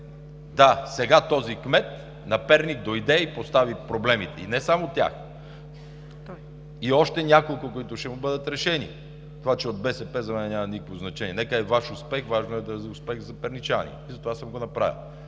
Да, сега този кмет на Перник дойде и постави проблемите – и не само тях, а и още няколко, които ще му бъдат решени. Това, че е от БСП, за мен няма никакво значение – нека е Ваш успех, важно е да бъде успех за перничани, затова съм го направил.